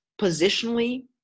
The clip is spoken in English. positionally